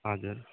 हजुर